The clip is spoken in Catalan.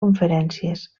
conferències